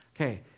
Okay